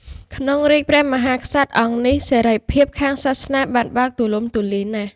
ក្នុងរាជ្យព្រះមហាក្សត្រអង្គ នេះ សេរីភាពខាងសាសនាបានបើកទូលំទូលាយណាស់។